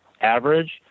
average